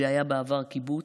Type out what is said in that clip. שהיה בעבר קיבוץ,